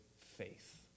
faith